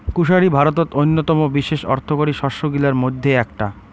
কুশারি ভারতত অইন্যতম বিশেষ অর্থকরী শস্য গিলার মইধ্যে এ্যাকটা